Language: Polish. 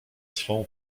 swą